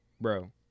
bro